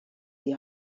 die